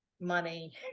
money